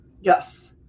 Yes